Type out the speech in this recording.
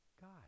God